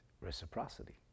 reciprocity